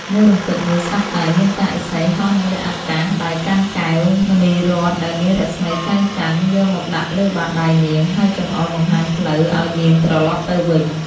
មួយរំពេចនោះ ស្រាប់តែ មានតាឥសីហោះនៅលើអាកាស ដៃកាន់កែវ មណីរត្នដែលមានរស្មីចែងចាំង យកមកដាក់លើបាតដៃនាង ហើយចង្អុល បង្ហាញផ្លូវ ឱ្យនាងត្រឡប់ទៅវិញ ។